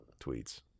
tweets